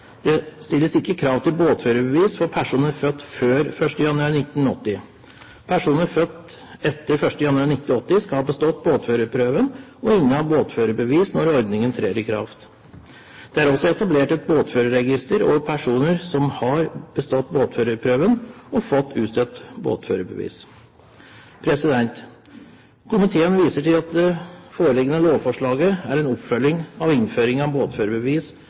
Det stilles ikke krav til båtførerbevis for personer født før 1. januar 1980. Personer født etter 1. januar 1980 skal ha bestått båtførerprøven og inneha båtførerbevis når ordningen trer i kraft. Det er også etablert et båtførerregister over personer som har bestått båtførerprøven og fått utstedt båtførerbevis. Komiteen viser til at det foreliggende lovforslaget er en oppfølging av innføringen av